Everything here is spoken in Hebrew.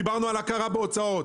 דיברנו על הכרה בהוצאות,